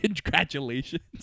Congratulations